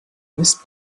mist